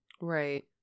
Right